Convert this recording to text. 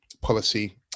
policy